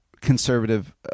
conservative